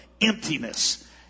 emptiness